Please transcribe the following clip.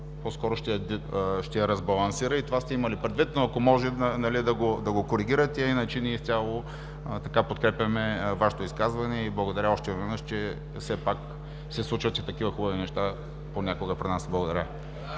по-скоро ще я разбалансира. Това сте имали предвид. Ако може да го коригирате. Иначе ние изцяло подкрепяме Вашето изказване. Благодаря, че все пак се случват и такива хубави неща понякога при нас.